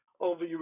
over